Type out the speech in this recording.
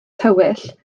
tywyll